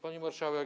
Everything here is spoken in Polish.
Pani Marszałek!